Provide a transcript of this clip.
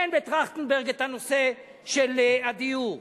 אין בטרכטנברג את הנושא של הדיור,